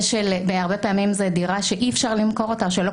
הרבה פעמים זו דירה שאי-אפשר למכור אותה או שלא